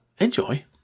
enjoy